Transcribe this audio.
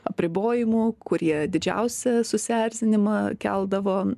apribojimų kurie didžiausią susierzinimą keldavo